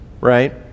right